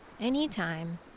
anytime